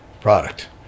product